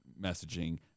messaging